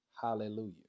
Hallelujah